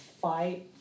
fight